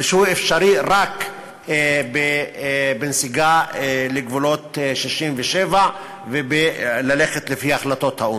שהוא אפשרי רק בנסיגה לגבולות 67' ובהליכה לפי החלטות האו"ם.